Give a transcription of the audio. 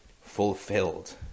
fulfilled